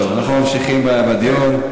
טוב, אנחנו ממשיכים בדיון.